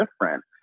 different